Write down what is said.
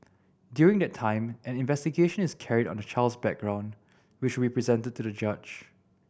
during that time an investigation is carried on the child's background which will be presented to the judge